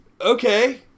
Okay